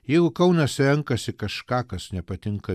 jeigu kaunas renkasi kažką kas nepatinka